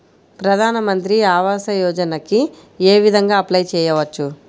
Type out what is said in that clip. ప్రధాన మంత్రి ఆవాసయోజనకి ఏ విధంగా అప్లే చెయ్యవచ్చు?